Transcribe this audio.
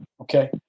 Okay